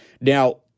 Now